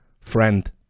Friend